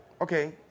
Okay